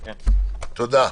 תודה.